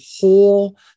whole